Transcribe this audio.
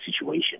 situation